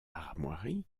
armoiries